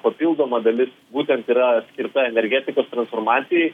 papildoma dalis būtent yra skirta energetikos transformacijai